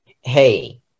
Hey